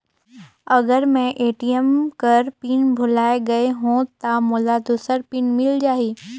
अगर मैं ए.टी.एम कर पिन भुलाये गये हो ता मोला दूसर पिन मिल जाही?